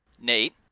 Nate